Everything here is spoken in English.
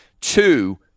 Two